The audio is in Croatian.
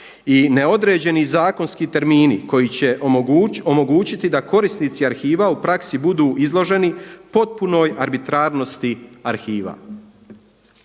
i neodređeni zakonski termini koji će omogućiti da korisnici arhiva u praksi budu izloženi potpunoj arbitrarnosti arhiva.